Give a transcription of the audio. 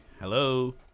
Hello